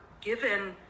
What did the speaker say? given